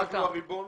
אנחנו הריבון?